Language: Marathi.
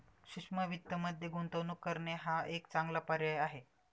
सूक्ष्म वित्तमध्ये गुंतवणूक करणे हा एक चांगला पर्याय आहे